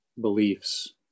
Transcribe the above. beliefs